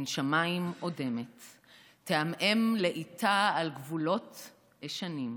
עין שמיים אודמת / תעמעם לאיטה על גבולות עשנים,